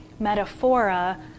metaphora